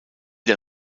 der